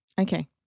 Okay